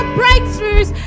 breakthroughs